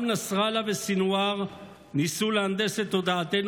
גם נסראללה וסנוואר ניסו להנדס את תודעתנו